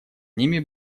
ними